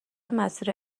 مسیر